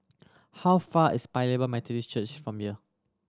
how far is Paya Lebar Methodist Church from here